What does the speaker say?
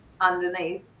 underneath